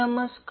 नमस्कार